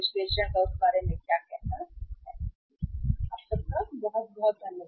धन्यवाद तुम बहुत अधिक